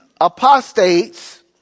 apostates